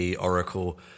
Oracle